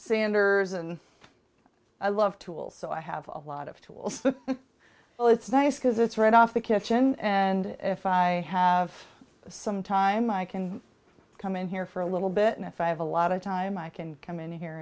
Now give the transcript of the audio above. sanders and i love tools so i have a lot of tools well it's nice because it's right off the kitchen and if i have some time i can come in here for a little bit and if i have a lot of time i can come in here